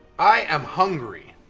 i am hungry!